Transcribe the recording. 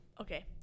okay